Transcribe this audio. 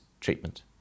treatment